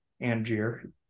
Angier